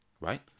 Right